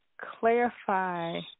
clarify